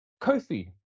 Kofi